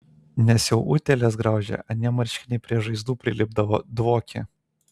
nes jau utėlės graužė anie marškiniai prie žaizdų prilipdavo dvokė